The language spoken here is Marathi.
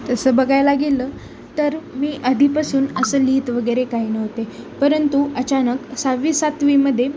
तसं बघायला गेलं तर मी आधीपासून असं लिहित वगैरे काही नव्हते परंतु अचानक सहावी सातवीमध्ये